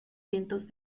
vientos